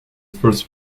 first